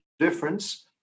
difference